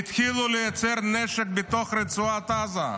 לייצר נשק בתוך רצועת עזה.